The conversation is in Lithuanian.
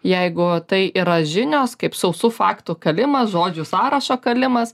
jeigu tai yra žinios kaip sausų faktų kalimas žodžių sąrašo kalimas